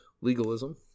legalism